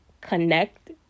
connect